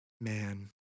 man